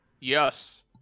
Yes